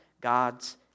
God's